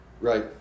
right